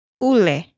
ule